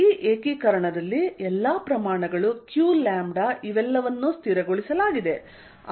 ಈ ಏಕೀಕರಣದಲ್ಲಿ ಎಲ್ಲಾ ಪ್ರಮಾಣಗಳು qλ ಇವೆಲ್ಲವನ್ನೂ ಸ್ಥಿರಗೊಳಿಸಲಾಗಿದೆ